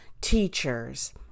teachers